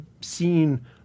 seen